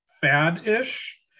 fad-ish